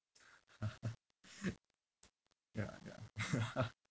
ya ya